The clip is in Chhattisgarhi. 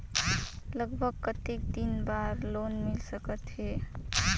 लगभग कतेक दिन बार लोन मिल सकत हे?